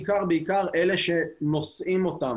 בעיקר ובעיקר נגד אלה שנושאים אותם.